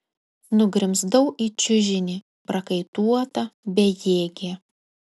nugrimzdau į čiužinį prakaituota bejėgė